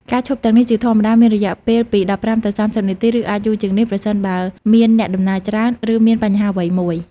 ការឈប់ទាំងនេះជាធម្មតាមានរយៈពេលពី ១៥ ទៅ ៣០ នាទី ឬអាចយូរជាងនេះ ប្រសិនបើមានអ្នកដំណើរច្រើន ឬមានបញ្ហាអ្វីមួយ។